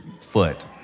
foot